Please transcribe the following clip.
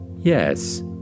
Yes